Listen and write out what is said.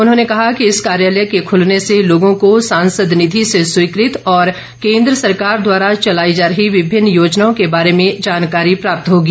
उन्होंने कहा कि इस कार्यालय के खुलने से लोगों को सांसद निधि से स्वीकृत और केन्द्र सरकार द्वारा चलाई जा रही विभिन्न योजनाओं के बारे में जानकारी प्राप्त होगी